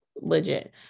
legit